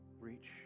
Reach